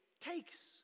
takes